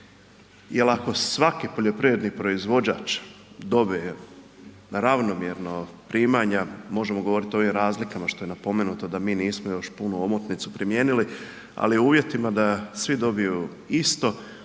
ako svaki poljoprivredni proizvođač dobije ravnomjerno pitanja, možemo govoriti o ovim razlikama što je napomenuto da mi nismo još punu omotnicu primijenili, ali uvjetima da svi dobiju isto,